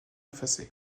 effacées